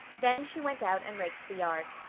then she went out and raked the yard.